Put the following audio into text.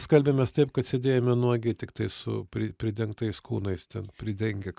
skalbėmės taip kad sėdėjome nuogi tiktai su pri pridengtais kūnais ten pridengia ka